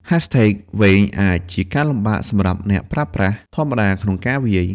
hashtag វែងអាចជាការលំបាកសម្រាប់អ្នកប្រើប្រាស់ធម្មតាក្នុងការវាយ។